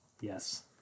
Yes